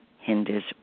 hinders